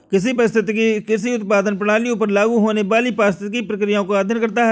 कृषि पारिस्थितिकी कृषि उत्पादन प्रणालियों पर लागू होने वाली पारिस्थितिक प्रक्रियाओं का अध्ययन करता है